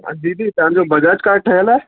दीदी तव्हांजो बजट का ठहियलु आहे